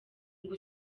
ngo